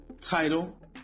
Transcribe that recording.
title